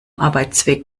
arbeitsweg